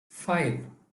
five